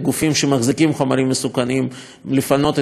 חומרים מסוכנים לפנות את מה שאפשר,